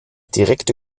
direkte